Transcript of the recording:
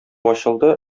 ачылды